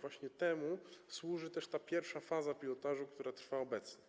Właśnie temu służy też ta pierwsza faza pilotażu, która trwa obecnie,